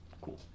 Cool